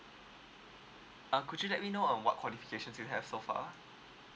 uh could you let me know uh what qualifications you have so far